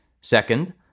Second